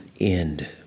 end